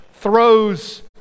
throws